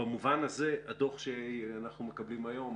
במובן הזה הדוח שאנחנו מקבלים היום,